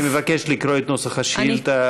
אני מבקש לקרוא את נוסח השאילתה.